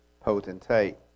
potentate